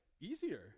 easier